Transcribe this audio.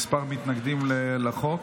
כמה מתנגדים לחוק.